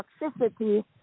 toxicity